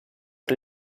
era